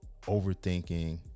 overthinking